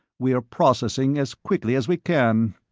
we're processing as quickly as we can.